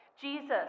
Jesus